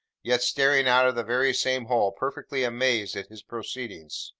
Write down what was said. yet staring out of the very same hole, perfectly amazed at his proceedings!